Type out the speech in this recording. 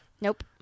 Nope